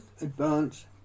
advance